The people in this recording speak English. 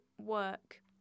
work